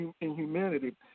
inhumanity